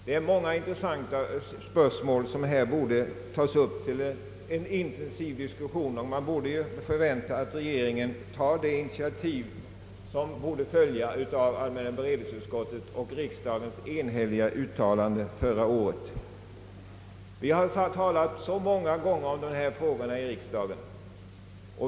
Det är många intressanta spörsmål som här borde tas upp till en intensiv diskussion. Man borde kunna förvänta att regeringen tar ett initiativ som följd av allmänna beredningsutskottets och riksdagens enhälliga uttalande förra året. Vi har talat så många gånger om dessa frågor i riksdagen.